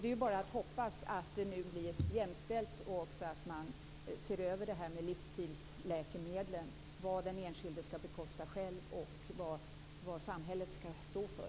Det är bara att hoppas att det blir jämställt och att man ser över livsstilsläkemedlen, dvs. vad den enskilde skall bekosta själv och vad samhället skall stå för.